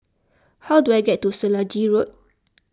how do I get to Selegie Road